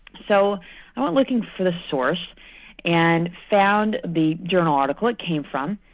so i went looking for the source and found the journal article it came from,